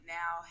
now